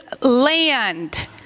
land